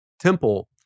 temple